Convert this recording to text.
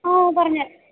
ആ പറഞ്ഞു